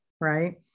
Right